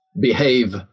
Behave